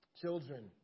Children